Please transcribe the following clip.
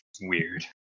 weird